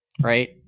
right